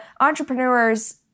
entrepreneurs